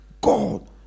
God